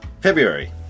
February